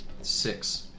Six